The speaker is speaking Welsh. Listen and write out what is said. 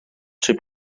trwy